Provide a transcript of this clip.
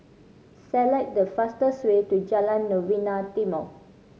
select the fastest way to Jalan Novena Timor